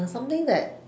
something that